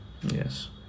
Yes